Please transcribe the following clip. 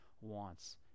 wants